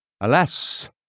Alas